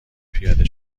پیاده